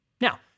Now